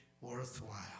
worthwhile